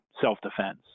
self-defense